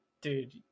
Dude